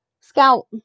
Scout